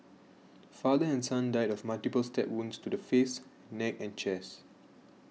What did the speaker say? father and son died of multiple stab wounds to the face neck and chest